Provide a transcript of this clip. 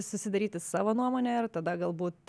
susidaryti savo nuomonę ir tada galbūt